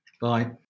Bye